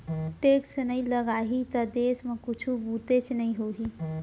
tax नइ लगाही त देस म कुछु बुतेच नइ होही